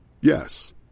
Yes